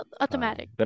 Automatic